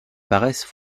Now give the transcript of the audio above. paraissent